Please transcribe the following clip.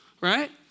right